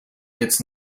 gets